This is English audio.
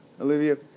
Olivia